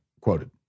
quoted